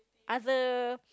other